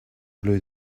blew